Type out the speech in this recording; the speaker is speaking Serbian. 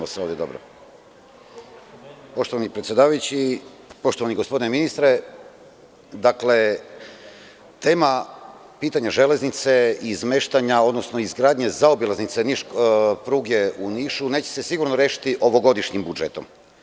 Poštovani predsedavajući, poštovani gospodine ministre, tema pitanja železnice, izmeštanja, odnosno izgradnje zaobilaznice pruge u Nišu neće se sigurno rešiti ovogodišnjim budžetom.